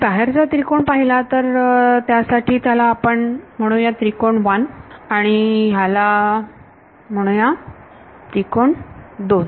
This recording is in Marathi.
येथे बाहेरचा त्रिकोण पाहिला तर त्यासाठी त्याला आपण म्हणू त्रिकोण 1 आणि ह्याला म्हणू त्रिकोण 2